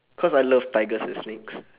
cause I love tigers and snakes